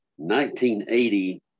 1980